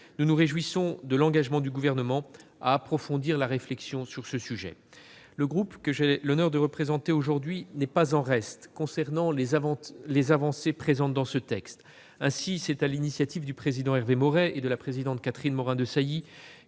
Nous nous réjouissons de l'engagement du Gouvernement à approfondir la réflexion sur ce sujet. Le groupe que j'ai l'honneur de représenter aujourd'hui n'est pas en reste concernant les avancées présentes dans le texte. Ainsi, c'est sur l'initiative d'Hervé Maurey et de Catherine Morin-Desailly